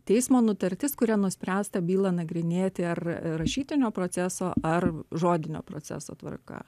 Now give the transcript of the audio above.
teismo nutartis kuria nuspręsta bylą nagrinėti ar rašytinio proceso ar žodinio proceso tvarka